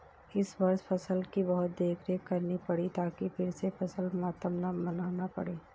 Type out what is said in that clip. इस वर्ष फसल की बहुत देखरेख करनी पड़ी ताकि फिर से फसल मातम न मनाना पड़े